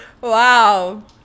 Wow